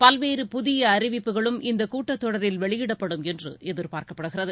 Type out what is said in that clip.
பல்வேறு அறிவிப்புகளும் இந்த கூட்டத் தொடரில் வெளியிடப்படும் என்று புதிய எதிர்பார்க்கப்படுகிறது